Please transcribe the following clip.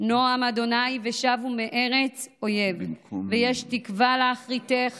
נאם ה' ושבו מארץ אויב ויש תקוה לאחריתך